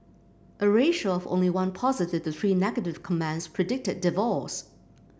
a ratio of only one positive to three negative comments predicted divorce